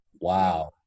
Wow